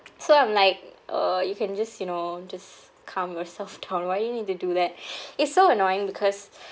so I'm like uh you can just you know just calm yourself down why you need to do it's so annoying because